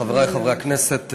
חברי חברי הכנסת,